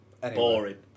Boring